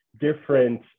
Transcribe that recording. different